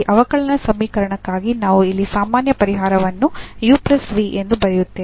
ಈ ಅವಕಲನ ಸಮೀಕರಣಕ್ಕಾಗಿ ನಾವು ಇಲ್ಲಿ ಸಾಮಾನ್ಯ ಪರಿಹಾರವನ್ನು ಎಂದು ಬರೆಯುತ್ತೇವೆ